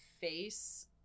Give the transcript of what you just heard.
face